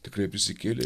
tikrai prisikėlė